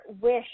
wish